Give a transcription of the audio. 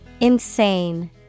Insane